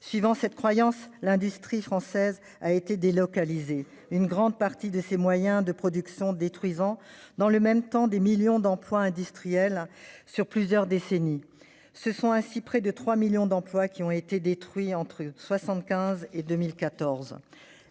Suivant cette croyance, l'industrie française a ainsi délocalisé une grande partie de ses moyens de production, détruisant dans le même temps des millions d'emplois industriels sur plusieurs décennies- près de 3 millions d'emplois entre 1975 et 2014.